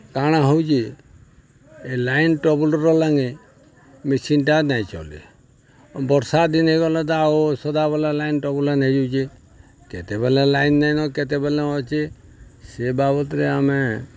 କାଣା ହଉଚେ ଏ ଲାଇନ୍ ଟ୍ରବୁଲ୍ର ଲାଗି ମେସିନ୍ଟା ନାଇ ଚଲେ ବର୍ଷା ଦିନ ହେଇଗଲେ ତା ଆଉ ସଦାବେଳେ ଲାଇନ୍ ଟ୍ରବୁଲ୍ ହେଇଯାଉଚେ କେତେବେଲେ ଲାଇନ୍ ନାଇଁନ କେତେବେଲେ ଅଛେ ସେ ବାବଦ୍ରେ ଆମେ